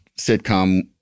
sitcom